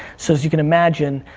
so, as you can imagine,